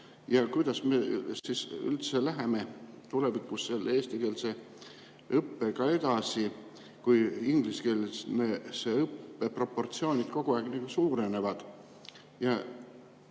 Ja kuidas me siis üldse läheme tulevikus selle eestikeelse õppega edasi, kui ingliskeelse õppe proportsioon kogu aeg nüüd